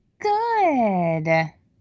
Good